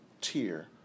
tier